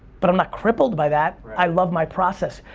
but i'm not crippled by that. i love my process.